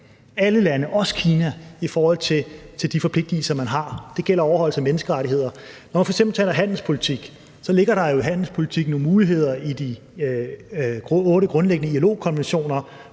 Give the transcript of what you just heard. alle lande, også Kina, i forhold til de forpligtigelser, man har. Det gælder overholdelse af menneskerettigheder. Når man f.eks. taler handelspolitik, ligger der jo i handelspolitik nogle muligheder i de otte grundlæggende ILO-konventioner: